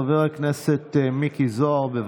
חבר הכנסת מיקי זוהר, בבקשה.